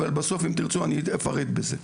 אבל בסוף אם תרצו אני אפרט בזה.